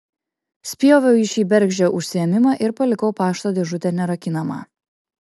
spjoviau į šį bergždžią užsiėmimą ir palikau pašto dėžutę nerakinamą